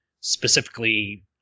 specifically